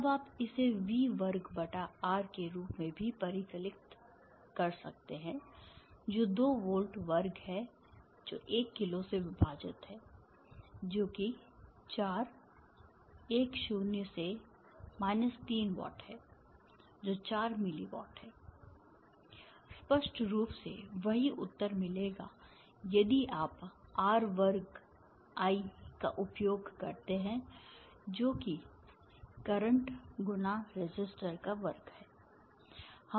अब आप इसे V वर्ग बटा R के रूप में भी परिकलित कर सकते हैं जो 2 वोल्ट वर्ग है जो 1 किलो से विभाजित है जो कि 4 10 से 3 वाट है जो 4 मिली वाट है स्पष्ट रूप से वही उत्तर मिलेगा यदि आप I वर्ग R का उपयोग करते हैं जो कि करंट × रेसिस्टर का वर्ग है